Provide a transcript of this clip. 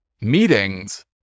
meetings